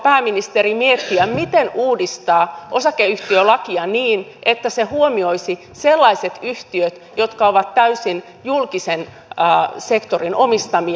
aiotteko pääministeri miettiä miten uudistaa osakeyhtiölakia niin että se huomioisi sellaiset yhtiöt jotka ovat täysin julkisen sektorin omistamia